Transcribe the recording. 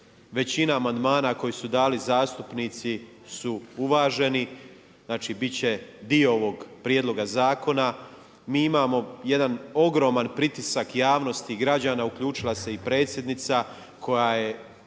većina amandmana koje su dali zastupnici su uvaženi, znači biti će dio ovoga prijedloga zakona. Mi imamo jedan ogroman pritisak javnosti građana, uključila se i predsjednica koja je